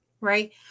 right